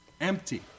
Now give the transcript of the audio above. Empty